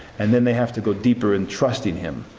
and then they have to go deeper in trusting him.